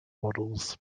models